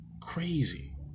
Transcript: crazy